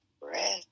breath